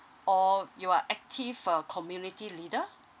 or you are active uh community leader